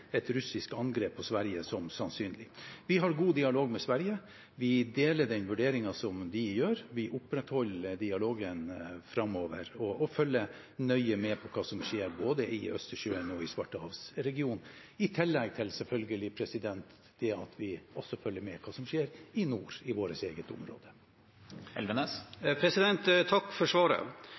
et russisk angrep på Sverige som sannsynlig. Vi har god dialog med Sverige. Vi deler den vurderingen som de gjør. Vi opprettholder dialogen framover og følger nøye med på hva som skjer, både i Østersjøen og i Svartehavsregionen, i tillegg til at vi selvfølgelig også følger med på hva som skjer i nord, i vårt eget område. Takk for svaret.